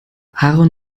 aaron